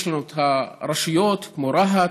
יש לנו רשויות כמו רהט,